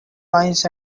lines